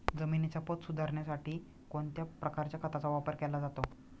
जमिनीचा पोत सुधारण्यासाठी कोणत्या प्रकारच्या खताचा वापर केला जातो?